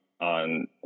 on